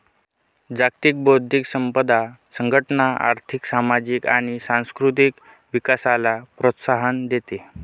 जागतिक बौद्धिक संपदा संघटना आर्थिक, सामाजिक आणि सांस्कृतिक विकासाला प्रोत्साहन देते